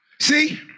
See